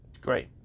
Great